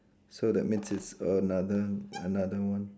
so that means it's another another one